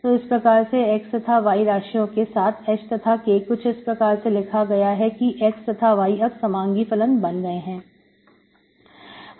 तो इस प्रकार से X तथा Y राशियों के साथ h तथा k कुछ इस प्रकार से लिखा गया है की x तथा y अब समांगी फलन बन गए हैं